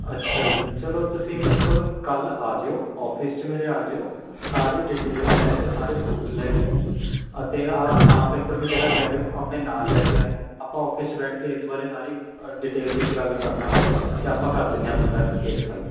ਅੱਛਾ ਜੀ ਚਲੋ ਤੁਸੀਂ ਮੇਰੇ ਕੋਲ ਕੱਲ੍ਹ ਆ ਜਿਓ ਔਫਿਸ 'ਚ ਮੇਰੇ ਆ ਜਿਓ ਸਾਰੀ ਡਿਟੇਲਸ ਲੈ ਕੇ ਸਾਰੇ ਪਰੂਫ਼ਸ ਲੈ ਕੇ ਅਤੇ ਆਹ ਸਟਾਮ ਪੇਪਰ ਵੀ ਜਿਹੜਾ ਕਹਿ ਰਹੇ ਹੋ ਆਪਣੇ ਨਾਲ਼ ਲੈ ਕੇ ਆਇਓ ਆਪਾਂ ਔਫਿਸ 'ਚ ਬੈਠ ਕੇ ਇਸ ਬਾਰੇ ਸਾਰੀ ਡਿਟੇਲ ਵਿੱਚ ਗੱਲ ਕਰ ਲਾਂਗੇ ਅਤੇ ਆਪਾਂ ਕਰ ਦਿੰਦੇ ਹਾਂ ਤੁਹਾਡਾ ਕੇਸ ਫਾਈਲ